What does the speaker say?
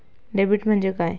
Debit म्हणजे काय?